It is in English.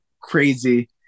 crazy